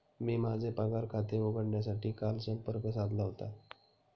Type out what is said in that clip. मी माझे पगार खाते उघडण्यासाठी काल संपर्क साधला होता